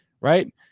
right